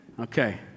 Okay